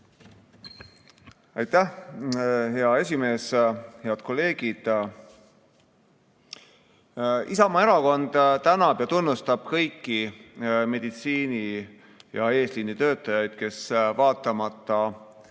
Aitäh, hea esimees! Head kolleegid! Isamaa Erakond tänab ja tunnustab kõiki meditsiini‑ ja eesliinitöötajaid, kes vaatamata pikka